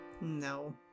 no